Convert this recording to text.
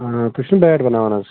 تُہۍ چھُنَہ بیٹ بناوان حظ